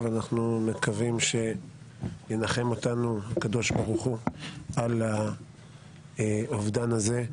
אבל אנחנו מקווים שינחם אותנו הקדוש ברוך הוא על האובדן הזה.